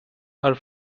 are